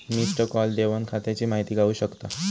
missed call देवन खात्याची माहिती गावू शकता